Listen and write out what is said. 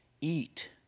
Eat